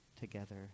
together